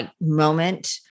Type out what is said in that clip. moment